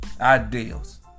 ideals